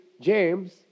James